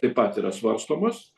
taip pat yra svarstomas